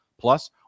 Plus